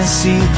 see